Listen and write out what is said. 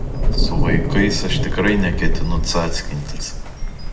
su vaikais aš tikrai neketinu cackintis